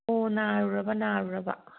ꯑꯣ ꯅꯥꯔꯨꯔꯕ ꯅꯥꯔꯨꯔꯕ